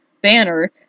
Banner